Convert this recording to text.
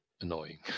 annoying